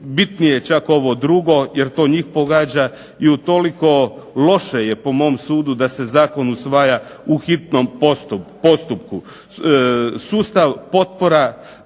Bitnije je čak ovo drugo, jer to njih pogađa i utoliko loše je po mom sudu da se zakon usvaja u hitnom postupku. Sustav potpora